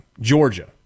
Georgia